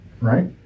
right